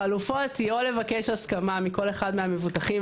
החלופות היא או לבקש הסכמה מכל אחד מהמבוטחים.